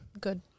Good